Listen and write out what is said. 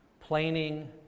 planing